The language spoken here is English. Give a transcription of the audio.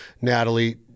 Natalie